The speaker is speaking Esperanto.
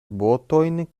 botojn